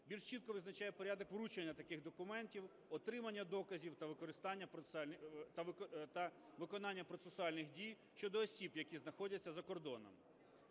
більш чітко визначає порядок вручення таких документів, отримання доказів та виконання процесуальних дій щодо осіб, які знаходяться за кордоном.